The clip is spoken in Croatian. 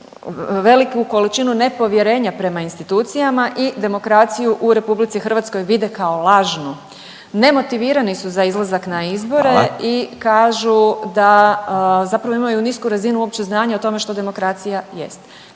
veliku količinu nepovjerenja prema institucijama i demokraciju u RH vide kao lažnu. Nemotivirani su za izlazak na izbore …/Upadica: Hvala./… i kažu da zapravo imaju nisku razinu uopće znanja o tome što demokracija jest.